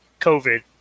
COVID